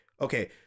okay